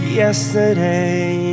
yesterday